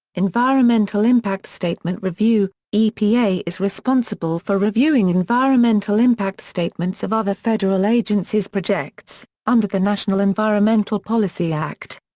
environmental impact statement review epa is responsible for reviewing environmental impact statements of other federal agencies' projects, under the national environmental policy act.